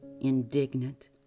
indignant